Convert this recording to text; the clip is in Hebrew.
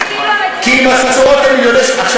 כי עם עשרות או מיליוני,